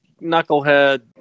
knucklehead